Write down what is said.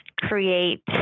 create